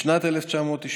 בשנת 1995